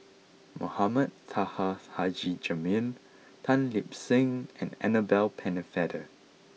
Mohamed Taha Haji Jamil Tan Lip Seng and Annabel Pennefather